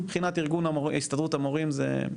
מבחינת הסתדרות המורים זה,